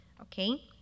okay